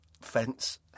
fence